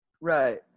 Right